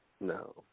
No